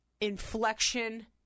inflection